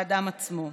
האדם עצמו,